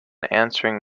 answering